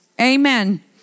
amen